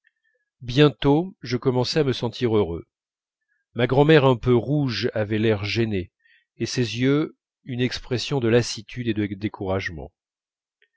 bientôt je commençai à me sentir heureux ma grand'mère un peu rouge avait l'air gêné et ses yeux une expression de lassitude et de découragement